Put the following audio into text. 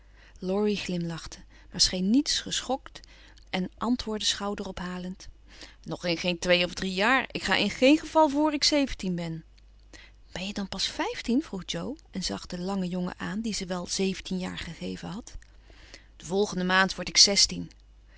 laurie glimlachte maar scheen niets geschokt en antwoordde schouderophalend nog in geen twee of drie jaar ik ga in geen geval vr ik zeventien ben ben je dan pas vijftien vroeg jo en zag den langen jongen aan dien ze wel zeventien jaar gegeven had de volgende maand word ik zestien